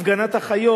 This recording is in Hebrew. הפגנת אחיות.